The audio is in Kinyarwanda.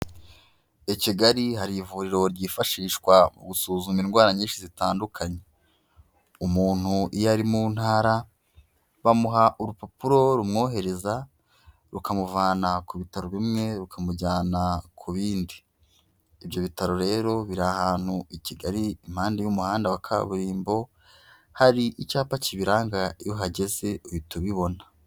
I Kigali hari ivuriro ryifashishwa mu gusuzuma indwara nyinshi zitandukanye. Umuntu iyo ari mu ntara, bamuha urupapuro rumwohereza rukamuvana ku bitaro bimwe rukamujyana ku bindi. Ibyo bitaro rero biri ahantu i Kigali impande y'umuhanda wa kaburimbo, hari icyapa kibiranga, iyo uhageze uhita ubibona.